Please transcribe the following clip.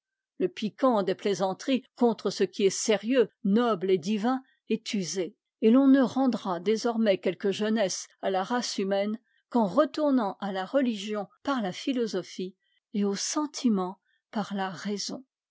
le piquant des plaisanteries contre ce qui est sérieux noble et div in est usé et l'on ne rendra désormais quelque jeunesse à la race humaine qu'en retournant à la religion par la philosophie et au sentiment par la raison